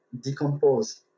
decompose